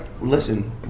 Listen